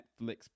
netflix